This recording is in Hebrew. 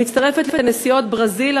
המצטרפת לנשיאות ברזיל,